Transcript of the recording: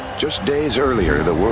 just days earlier, the world